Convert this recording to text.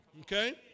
Okay